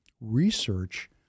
research